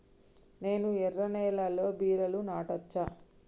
నేను ఎర్ర నేలలో బీరలు నాటచ్చా?